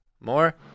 More